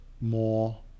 more